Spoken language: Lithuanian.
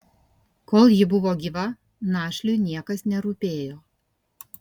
kol ji buvo gyva našliui niekas nerūpėjo